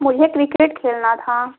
मुझे क्रिकेट खेलना था